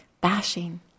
bashing